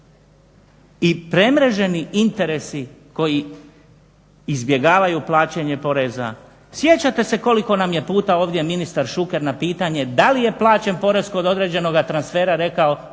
i premreženi interesi koji izbjegavaju plaćanje poreza. Sjećate se koliko nam je puta ovdje ministar Šuker na pitanje da li je plaćen porez kod određenoga transfera rekao